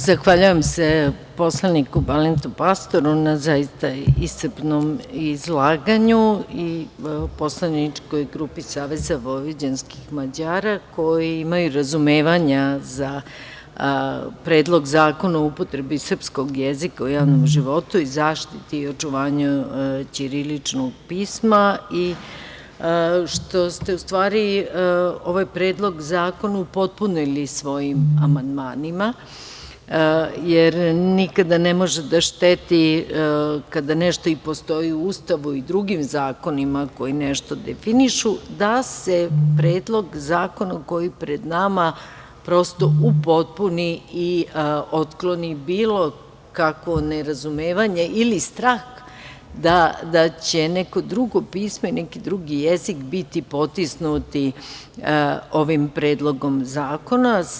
Zahvaljujem se poslaniku Balintu Pastoru na zaista iscrpnom izlaganju i poslaničkoj grupi Saveza vojvođanskih Mađara, koji imaju razumevanja za Predlog zakona o upotrebi srpskog jezika u javnom životu i zaštiti i očuvanju ćiriličnog pisma, što ste u stvari ovaj Predlog zakona upotpunili svojim amandmanima, jer nikada ne može da šteti kada nešto postoji u Ustavu i drugim zakonima koji nešto definišu, da se predlog zakona koji je pred nama prosto upotpuni i otkloni bilo kakvo nerazumevanje ili strah da će neko drugo pismo i neki drugi jezik biti potisnuti ovim Predlogom zakona.